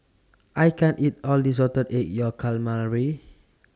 I can't eat All This Salted Egg Yolk Calamari